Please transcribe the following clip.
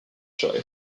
show